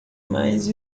mas